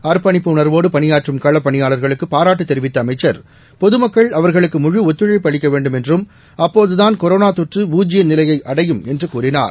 அர்ப்பணிப்பு உணர்வோடு பணியாற்றும் களப்பணியாளர்களுக்கு பாராட்டு தெரிவித்த அமைச்சர் பொதுமக்கள் அவர்களுக்கு முழு ஒத்துழைப்பு அளிக்க வேண்டும் என்றும் அப்போததான் கொரோனா தொற்று பூஜ்ஜிய நிலையை அடையும் என்று கூறினார்